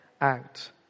out